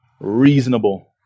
reasonable